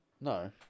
No